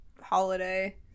holiday